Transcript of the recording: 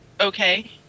okay